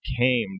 came